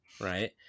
right